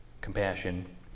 compassion